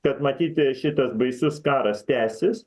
kad matyt šitas baisus karas tęsis